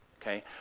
Okay